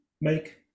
make